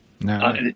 No